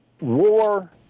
war